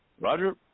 roger